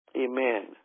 amen